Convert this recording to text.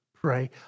Pray